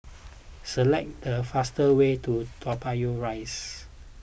select the fastest way to Toa Payoh Rise